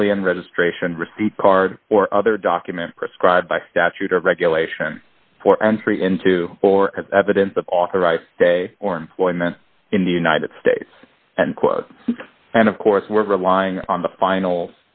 alien registration receipt card or other document prescribed by statute or regulation for entry into or as evidence of authorized day or employment in the united states and quote and of course we're relying on the final